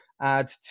add